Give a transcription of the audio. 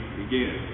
begin